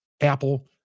Apple